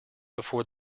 before